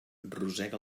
rosega